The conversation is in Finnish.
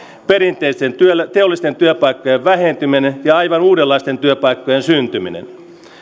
perinteisten teollisten työpaikkojen vähentyminen ja aivan uudenlaisten työpaikkojen syntyminen